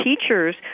teachers